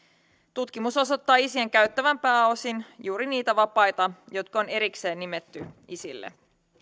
tutkimus osoittaa isien käyttävän pääosin juuri niitä vapaita jotka on erikseen nimetty isille